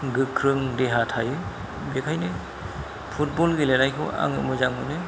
गोख्रों देहा थायो बेखायनो फुटबल गेलेनायखौ आङो मोजां मोनो